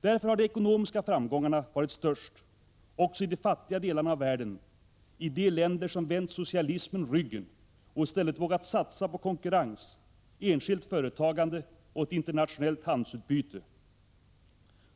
Därför har de ekonomiska framgångarna varit störst — också i de fattiga delarna av världen — i de länder som vänt socialismen ryggen och i stället vågat satsa på konkurrens, enskilt företagande och ett internationellt handelsutbyte.